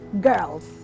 girls